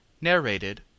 Narrated